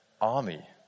army